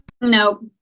No